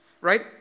right